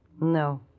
No